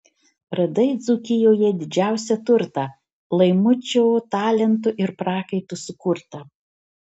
radai dzūkijoje didžiausią turtą laimučio talentu ir prakaitu sukurtą